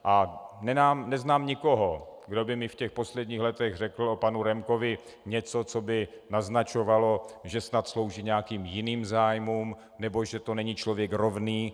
A neznám nikoho, kdo by mi v těch posledních letech řekl o panu Remkovi něco, co by naznačovalo, že snad slouží nějakým jiným zájmům nebo že to není člověk rovný.